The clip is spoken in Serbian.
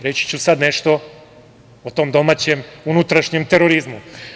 Reći ću sada nešto o tom domaćem unutrašnjem terorizmu.